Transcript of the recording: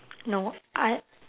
no I